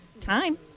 time